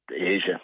Asia